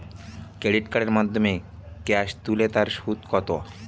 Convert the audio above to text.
Credit কার্ডের মাধ্যমে cash তুলে তার সুদ কত?